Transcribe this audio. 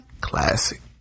classic